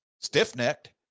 Stiff-necked